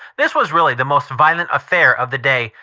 this was really the most violent affair of the day,